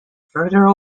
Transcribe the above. further